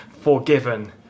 forgiven